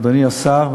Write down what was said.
אדוני השר,